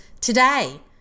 today